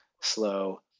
slow